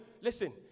Listen